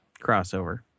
crossover